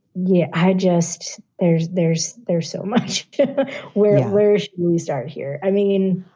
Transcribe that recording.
yeah, i just there's there's there's so much where where we start here i mean,